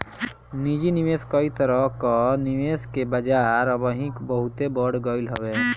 निजी निवेश कई तरह कअ निवेश के बाजार अबही बहुते बढ़ गईल हवे